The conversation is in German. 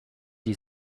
die